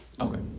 Okay